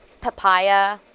papaya